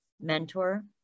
mentor